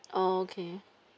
oh okay